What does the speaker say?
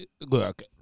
Look